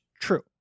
true